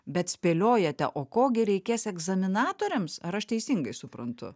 bet spėliojate o ko gi reikės egzaminatoriams ar aš teisingai suprantu